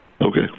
Okay